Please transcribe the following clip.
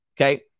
Okay